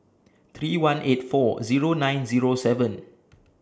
three one eight four Zero nine Zero seven